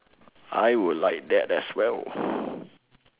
I would like that as well